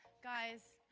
guys,